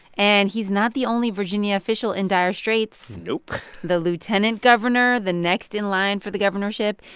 and he's not the only virginia official in dire straits nope the lieutenant governor, the next in line for the governorship,